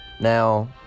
Now